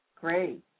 great